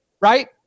right